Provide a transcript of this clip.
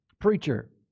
preacher